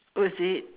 oh is it